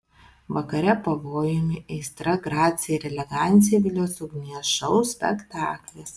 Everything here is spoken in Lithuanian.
vakare pavojumi aistra gracija ir elegancija vilios ugnies šou spektaklis